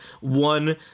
one